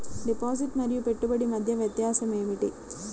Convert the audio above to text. Deposit మరియు పెట్టుబడి మధ్య వ్యత్యాసం ఏమిటీ?